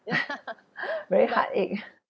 very heartache